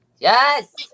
Yes